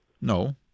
No